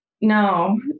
no